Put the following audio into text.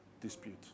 dispute